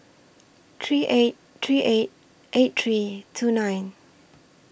three eight three eight eight three two nine